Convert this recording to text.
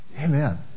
Amen